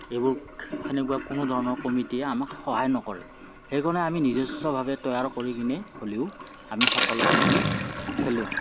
এইবোৰ সেনেকুৱা কোনো ধৰণৰ কমিটীয়ে আমাক সহায় নকৰে সেইকাৰণে আমি নিজস্বভাৱে তৈয়াৰ কৰিকিনে হ'লেও আমি সকলোৱে সেনেকে খেলোঁ